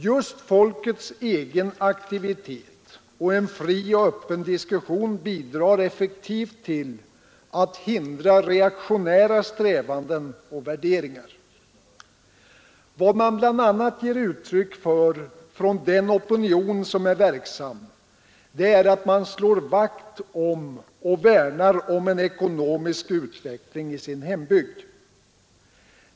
Just folkets egen aktivitet och en fri och öppen diskussion bidrar effektivt till att hindra reaktionära strävanden och värderingar. Vad man bl.a. ger uttryck för från den opinion som är verksam är att man slår vakt om en ekonomisk utveckling i sin hembygd.